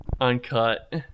Uncut